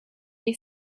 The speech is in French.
les